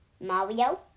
Mario